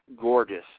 gorgeous